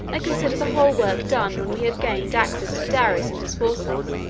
i consider the whole work done when we have gained access to darius and his forces,